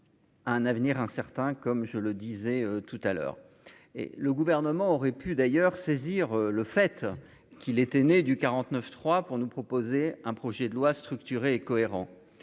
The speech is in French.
un avenir incertain, comme je le disais tout à l'heure et le gouvernement aurait pu d'ailleurs saisir le fait qu'il était né du 49 3 pour nous proposer un projet de loi structuré et cohérent,